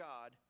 God